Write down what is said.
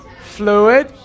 Fluid